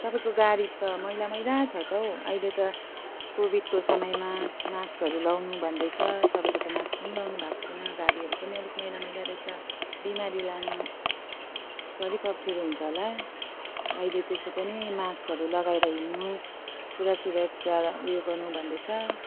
तपाईँको गाडी त मैला मैला छ त हौ अहिले त कोविडको समयमा माक्सहरू लाउनु भन्दैछ तपाईँले त माक्स पनि लगाउनु भएको छैन गाडीहरू पनि अलिक मैला मैला रहेछ बिमारी लानु त अलिक अप्ठ्यारो हुन्छ होला अहिले त्यसै पनि माक्सहरू लगाएर हिँड्नु पुरा सुरक्षा उयो गर्नु भन्दैछ